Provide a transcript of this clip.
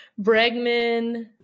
Bregman